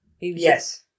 Yes